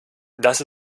das